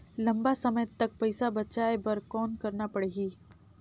लंबा समय तक पइसा बचाये बर कौन करना पड़ही?